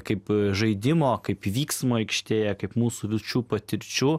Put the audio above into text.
kaip žaidimo kaip vyksmo aikštėje kaip mūsų vilčių patirčių